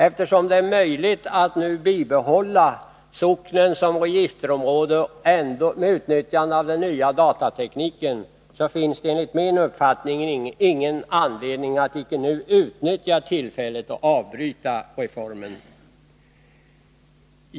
Eftersom det är möjligt att nu bibehålla socknen som registerområde och ändå utnyttja den nya datatekniken, finns det enligt min mening ingen anledning att icke utnyttja tillfället och avbryta reformen.